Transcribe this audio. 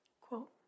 Quote